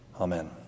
Amen